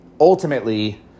ultimately